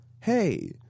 hey